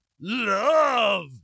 love